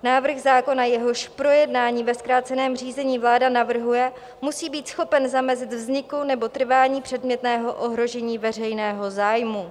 Návrh zákona, jehož projednání ve zkráceném řízení vláda navrhuje, musí být schopen zamezit vzniku nebo trvání předmětného ohrožení veřejného zájmu.